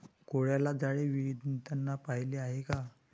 कोळ्याला जाळे विणताना पाहिले आहे का?